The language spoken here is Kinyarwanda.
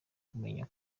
kumenya